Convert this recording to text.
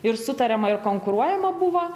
ir sutariama ir konkuruojama buvo